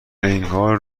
انگار